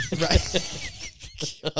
Right